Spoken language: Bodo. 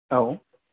औ